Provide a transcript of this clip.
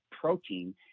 protein